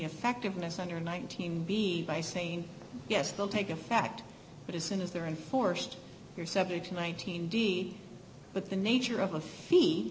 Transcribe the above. effectiveness under nineteen b by saying yes they'll take effect but as soon as they're enforced you're subject to nineteen d but the nature of